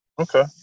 Okay